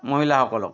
মহিলাসকলক